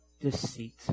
deceit